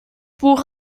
buch